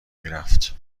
میرفت